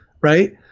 right